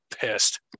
pissed